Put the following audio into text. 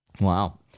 wow